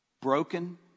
broken